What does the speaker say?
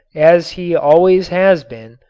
as he always has been,